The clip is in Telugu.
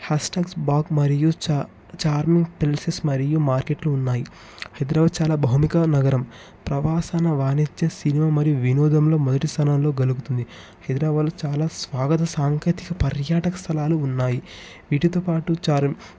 హాస్టల్స్ బాక్ మరియు చార్మి ప్రిలీసెస్ మరియు మార్కెట్లు ఉన్నాయి హైదరాబాద్ చాలా బౌమిక నగరం ప్రవాసన వాణిజ్య సినిమా మరియు వినోదంలో మొదటి స్థానంలో గలుగుతుంది హైదరాబాద్లో చాలా స్వాగత సాంకేతిక పర్యాటక స్థలాలు ఉన్నాయి వీటితోపాటు చార్